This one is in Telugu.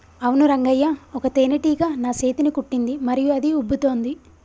అవును రంగయ్య ఒక తేనేటీగ నా సేతిని కుట్టింది మరియు అది ఉబ్బుతోంది